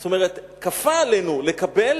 זאת אומרת כפה עלינו לקבל